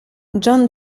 john